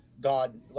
God